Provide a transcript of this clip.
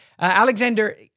Alexander